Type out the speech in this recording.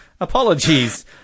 apologies